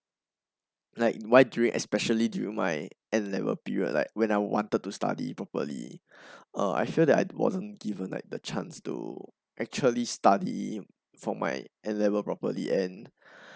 like why during especially during my N level period like when I wanted to study properly uh I feel that I wasn't given like the chance to actually study for my N level properly and